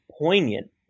poignant